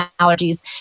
allergies